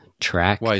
track